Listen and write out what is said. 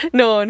no